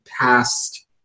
past